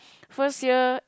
first year